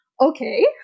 okay